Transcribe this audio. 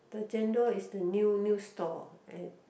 the Chendol is the new new stall I